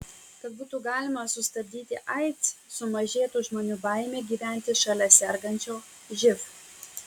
kad būtų galima sustabdyti aids sumažėtų žmonių baimė gyventi šalia sergančio živ